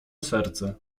serce